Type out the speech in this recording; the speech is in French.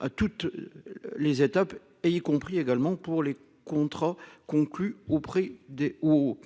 À toutes. Les étapes et y compris également pour les contrats conclus auprès des ou.